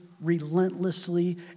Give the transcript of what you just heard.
relentlessly